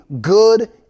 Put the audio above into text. good